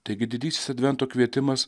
taigi didysis advento kvietimas